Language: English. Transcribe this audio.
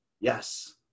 Yes